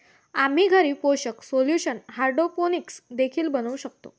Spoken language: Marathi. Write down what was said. आम्ही घरी पोषक सोल्यूशन हायड्रोपोनिक्स देखील बनवू शकतो